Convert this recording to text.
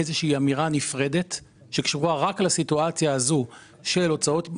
איזושהי אמירה נפרדת שקשורה רק לסיטואציה של הוצאות ישירות,